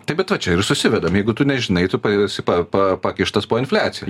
tai bet va čia ir susivedam jeigu tu nežinai tu esi pa pa pakištas po infliacija